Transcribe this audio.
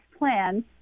plan